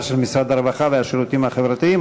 של משרד הרווחה והשירותים החברתיים,